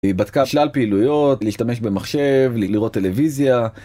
בדקה שלל פעילויות להשתמש במחשב לראות טלוויזיה.